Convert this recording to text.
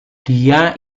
dia